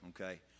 Okay